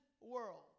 world